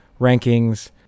rankings